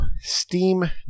Steam